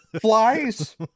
flies